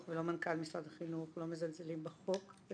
ולא מנכ"ל משרד החינוך מזלזלים בחוק.